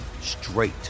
straight